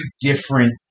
different